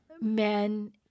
men